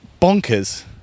bonkers